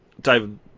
David